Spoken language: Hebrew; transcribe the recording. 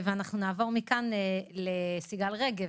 נעבור לסיגל רגב,